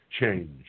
change